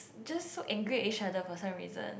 just so angry each other person reason